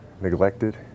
neglected